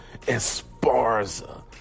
Esparza